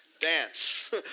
dance